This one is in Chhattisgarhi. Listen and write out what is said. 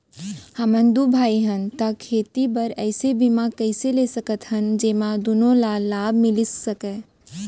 हमन दू भाई हन ता खेती बर ऐसे बीमा कइसे ले सकत हन जेमा दूनो ला लाभ मिलिस सकए?